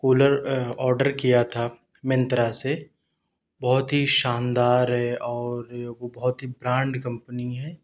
cooler order کیا تھا مینترا سے بہت ہی شاندار ہے اور وہ بہت ہی برانڈ کمپنی ہے